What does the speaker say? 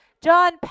John